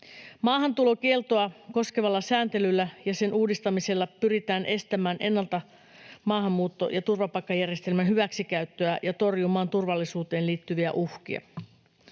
Maahantulokieltoa koskevalla sääntelyllä ja sen uudistamisella pyritään estämään ennalta maahanmuutto- ja turvapaikkajärjestelmän hyväksikäyttöä ja torjumaan turvallisuuteen liittyviä uhkia.